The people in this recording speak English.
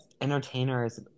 entertainers